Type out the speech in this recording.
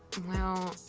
well.